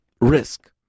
risk